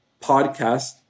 podcast